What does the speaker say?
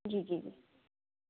जी जी जी